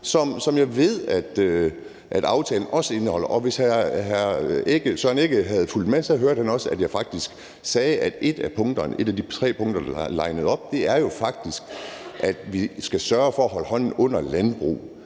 som jeg ved aftalen også indeholder. Og hvis hr. Søren Egge Rasmussen havde fulgt med, havde han også hørt, at jeg faktisk sagde, at et af de tre punkter, der er linet op, jo faktisk er, at vi skal sørge for at holde hånden under landbruget.